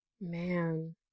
Man